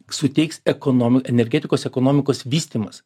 suteiks ekonom energetikos ekonomikos vystymas